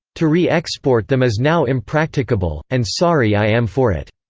to re-export them is now impracticable, and sorry i am for it.